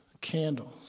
candles